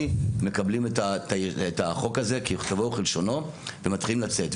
מקבלים את החוק הזה ככתבו וכלשונו ומתחילים לצאת,